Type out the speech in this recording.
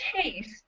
taste